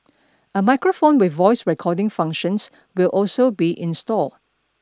a microphone with voice recording functions will also be installed